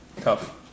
Tough